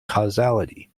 causality